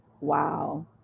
Wow